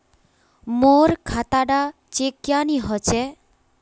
मोर खाता डा चेक क्यानी होचए?